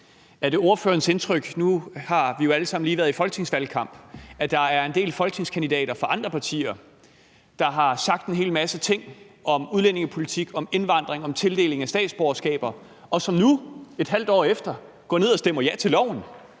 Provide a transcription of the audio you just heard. spørge ordføreren: Nu har vi jo alle sammen lige været i folketingsvalgkamp – er det ordførerens indtryk, at der er en del folketingskandidater fra andre partier, der har sagt en hel masse ting om udlændingepolitik, indvandring og tildeling af statsborgerskaber, og som nu, et halvt år efter, går ned og stemmer ja til